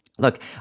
Look